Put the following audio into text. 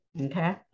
Okay